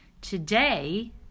Today